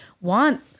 want